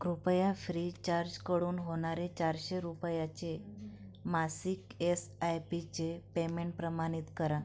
कृपया फ्रीचार्जकडून होणारे चारशे रुपयाचे मासिक एस आय पीचे पेमेंट प्रमाणित करा